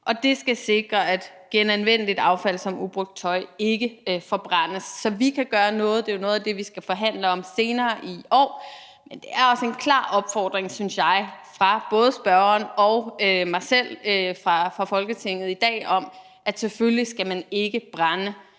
Det skal sikre, at genanvendeligt affald som ubrugt tøj ikke forbrændes. Så vi kan gøre noget, og det er jo noget af det, som vi skal forhandle om senere i år. Men det er, synes jeg, også en klar opfordring fra både spørgeren og mig selv og fra Folketinget i dag om, at man selvfølgelig ikke skal brænde